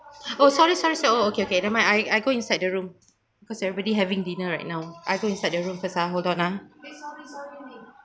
oh sorry sorry oh okay okay never mind I I go inside the room cause everybody having dinner right now I go inside the room first uh hold on uh